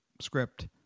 script